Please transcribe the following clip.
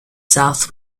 south